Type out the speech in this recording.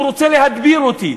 הוא רוצה להדביר אותי.